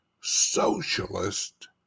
socialist